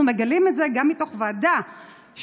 אנחנו מגלים את זה גם מתוך ועדה שהייתה,